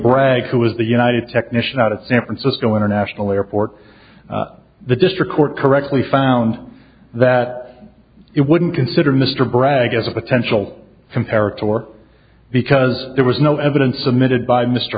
bragg who was the united technician out of san francisco international airport the district court correctly found that it wouldn't consider mr bragg as a potential compared to work because there was no evidence of emitted by mr